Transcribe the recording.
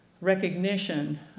recognition